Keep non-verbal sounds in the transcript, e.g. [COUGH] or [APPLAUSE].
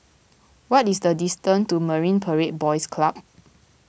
what is the distance to Marine Parade Boys Club [NOISE]